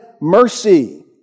mercy